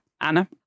Anna